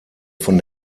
von